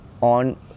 on